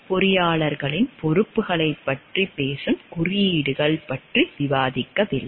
பொறியாளர்களின் பொறுப்புகளைப் பற்றி பேசும் குறியீடுகள் பற்றி விவாதிக்கவில்லை